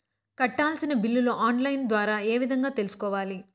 కట్టాల్సిన బిల్లులు online ద్వారా ఏ విధంగా తెలుసుకోవాలి?